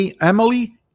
Emily